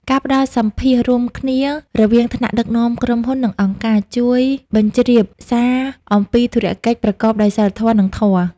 ការផ្ដល់សម្ភាសន៍រួមគ្នារវាងថ្នាក់ដឹកនាំក្រុមហ៊ុន និងអង្គការ ជួយបញ្ជ្រាបសារអំពីធុរកិច្ចប្រកបដោយសីលធម៌ និងធម៌។